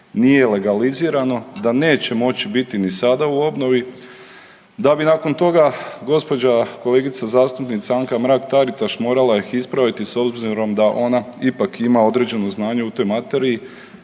nije legalizirano, da neće moći biti ni sada u obnovi da bi nakon toga gospođa kolegica zastupnica Anka Mrak Taritaš morala ih ispraviti s obzirom da ona ipak ima određeno znanje u toj materiji,